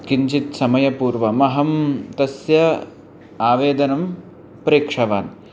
किञ्चित् समयपूर्वमहं तस्य आवेदनं प्रेक्षवान्